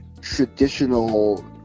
traditional